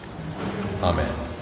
amen